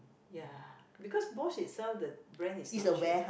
ya because Bosch itself the brand is not cheap